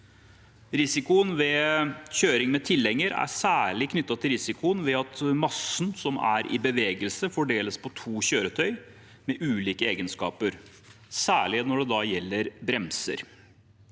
Risikoen ved kjøring med tilhenger er særlig knyttet til risikoen ved at massen som er i bevegelse, fordeles på to kjøretøy med ulike egenskaper, særlig når det gjelder bremser.